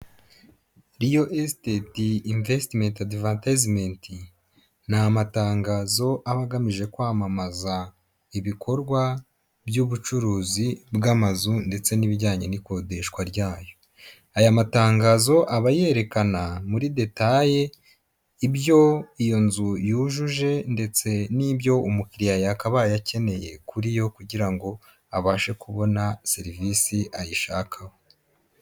Riyo esiteti invesitimenti adivatayizimenti, ni amatangazo aba agamije kwamamaza ibikorwa by'ubucuruzi bw'amazu ndetse n'ibijyanye n'ikodeshwa ryayo. Aya matangazo aba yerekana muri detaye ibyo iyo nzu yujuje, ndetse n'ibyo umukiriya yakabaye akeneye kuri yo kugira ngo abashe kubona serivisi ayishakaho.